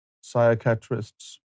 psychiatrists